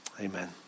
Amen